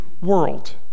world